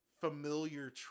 familiar